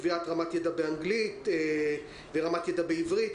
קביעת ידע באנגלית ורמת ידע בעברית.